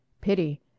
Pity